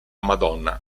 madonna